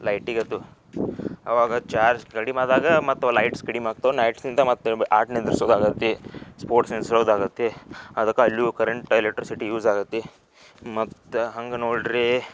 ಲೈಟಿಗದು ಆವಾಗ ಚಾರ್ಜ್ ಕಡಿಮೆದಾಗ ಮತ್ತು ಅಲ್ಲಿ ಲೈಟ್ಸ್ ಕಡಿಮೆ ಆಗ್ತಾವ ಲೈಟ್ಸಿಂದ ಮತ್ತು ಆಟ್ ನಿಂದಿರ್ಸೋಕೆ ಆಗುತ್ತೆ ಸ್ಪೋರ್ಟ್ಸ್ ನಿಲ್ಸೋದಾಗುತ್ತೆ ಅದಕ್ಕೆ ಅಲ್ಲೂ ಕರೆಂಟ್ ಎಲೆಕ್ಟ್ರಿಸಿಟಿ ಯೂಸ್ ಆಗುತ್ತೆ ಮತ್ತು ಹಂಗೆ ನೋಡ್ದ್ರೆ